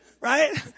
right